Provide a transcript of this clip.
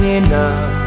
enough